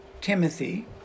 Timothy